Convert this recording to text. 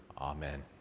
Amen